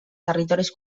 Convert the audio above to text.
territoris